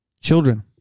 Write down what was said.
children